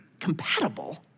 compatible